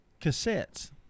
cassettes